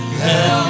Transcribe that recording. help